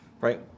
right